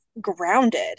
grounded